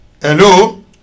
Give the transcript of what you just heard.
Hello